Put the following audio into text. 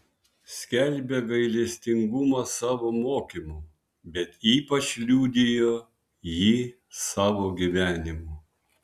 skelbė gailestingumą savo mokymu bet ypač liudijo jį savo gyvenimu